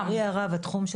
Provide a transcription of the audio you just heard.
לצערי הרב התחום של